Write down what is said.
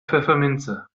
pfefferminze